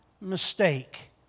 mistake